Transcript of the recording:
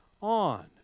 on